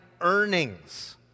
earnings